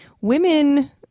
women